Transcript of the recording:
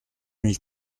mille